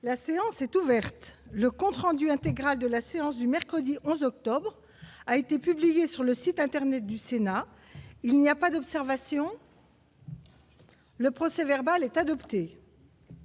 La séance est ouverte, le compte rendu intégral de la séance du mercredi 11 octobre a été publié sur le site internet du Sénat : il n'y a pas d'observation. Le procès verbal est adopté.